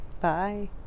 bye